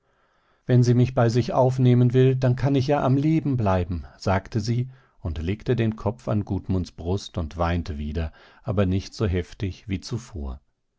wenn sie mich bei sich aufnehmen will dann kann ich ja am leben bleiben sagte sie und legte den kopf an gudmunds brust und weinte wieder aber nicht so heftig wie zuvor